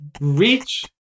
Reach